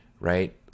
right